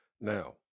Now